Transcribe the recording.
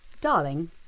Darling